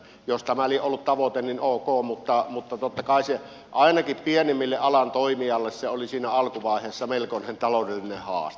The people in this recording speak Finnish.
jos tämä oli ollut tavoite niin ok mutta totta kai se ainakin pienimmille alan toimijoille oli siinä alkuvaiheessa melkoinen taloudellinen haaste